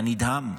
אתה נדהם.